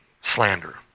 slander